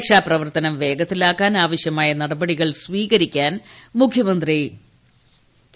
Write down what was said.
രക്ഷാപ്രവർത്തനം വേഗത്തിലാക്കാൻ ആവശ്യമായ നടപടികൾ സ്വീകരിക്കാൻ മുഖ്യമന്ത്രി എൻ